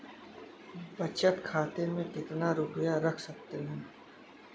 बचत खाते में कितना रुपया रख सकते हैं?